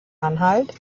anhalt